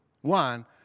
One